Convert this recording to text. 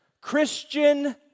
Christian